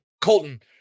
Colton